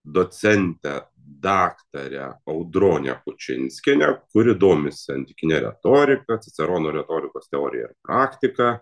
docentę daktarę audronę kučinskienę kuri domisi antikine retorika cicerono retorikos teorija ir praktika